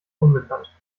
unbekannt